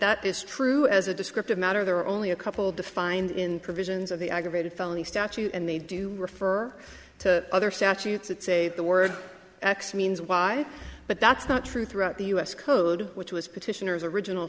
that is true as a descriptive matter there are only a couple defined in provisions of the aggravated felony statute and they do refer to other statutes that say the word x means y but that's not true throughout the us code which was petitioners original